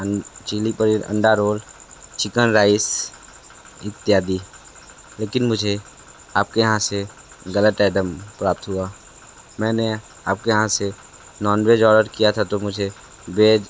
chilli paneer अंडा roll chicken rice इत्यादि लेकिन मुझे आपके यहाँ से गलत आइटम प्राप्त हुआ मैंने आपके यहाँ से नॉनवेज ऑर्डर किया था तो मुझे वेज